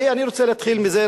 ואני רוצה להתחיל מזה,